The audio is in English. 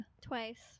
twice